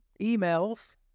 emails